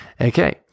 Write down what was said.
Okay